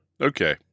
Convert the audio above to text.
Okay